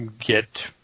get